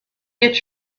get